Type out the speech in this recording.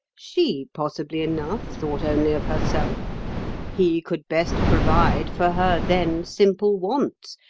she, possibly enough, thought only of herself he could best provide for her then simple wants,